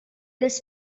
this